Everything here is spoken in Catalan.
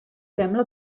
sembla